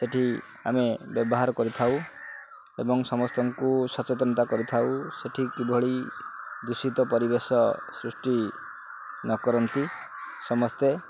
ସେଇଠି ଆମେ ବ୍ୟବହାର କରିଥାଉ ଏବଂ ସମସ୍ତଙ୍କୁ ସଚେତନତା କରିଥାଉ ସେଇଠି କିଭଳି ଦୂଷିତ ପରିବେଶ ସୃଷ୍ଟି ନ କରନ୍ତି ସମସ୍ତେ